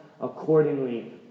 accordingly